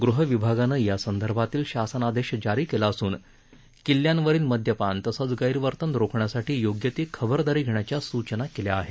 गृह विभागानं या संदर्भातील शासनादेश जारी केला असून किल्ल्यांवरील मद्यपान तसंच गैरवर्तन रोखण्यासाठी योग्य ती खबरदारी घेण्याच्या सूचना केल्या आहेत